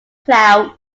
clouds